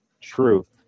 truth